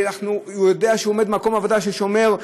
שהוא יודע שהוא עובד במקום עבודה ששומר,